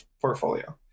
portfolio